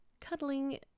cuddling